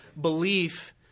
belief